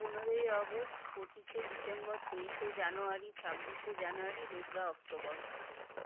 পনেরোই অগস্ট পঁচিশে ডিসেম্বর তেইশে জানোয়ারি ছাব্বিশে জানুয়ারি দোসরা অক্টোবর